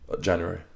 January